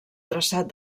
traçat